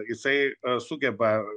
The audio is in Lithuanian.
jisai sugeba